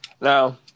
Now